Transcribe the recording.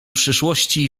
przyszłości